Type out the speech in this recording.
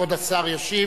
כבוד השר ישיב